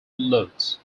loads